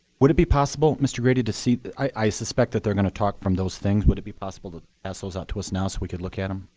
would it be possible, mr. grady, to see i suspect that they're going to talk from those things. would it be possible to pass those out to us now so we could look at them?